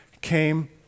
came